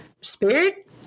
spirit